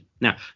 Now